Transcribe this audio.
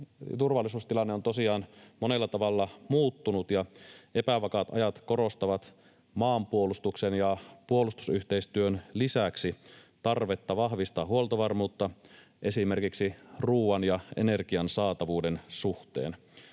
turvallisuustilanne on tosiaan monella tavalla muuttunut, ja epävakaat ajat korostavat maanpuolustuksen ja puolustusyhteistyön lisäksi tarvetta vahvistaa huoltovarmuutta esimerkiksi ruuan ja energian saatavuuden suhteen.